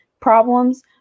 problems